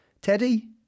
Teddy